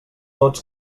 tots